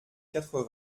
quatre